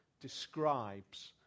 describes